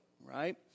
right